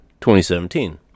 2017